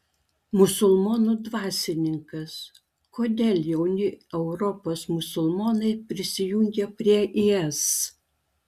musulmonų dvasininkas kodėl jauni europos musulmonai prisijungia prie is